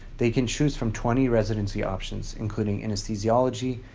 they can choose from twenty residency options, including anesthesiology,